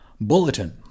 Bulletin